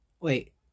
Wait